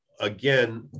again